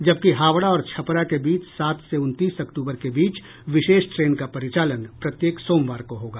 जबकि हावड़ा और छपरा के बीच सात से उनतीस अक्टूबर के बीच विशेष ट्रेन का परिचालन प्रत्येक सोमवार को होगा